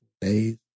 days